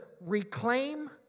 Reclaim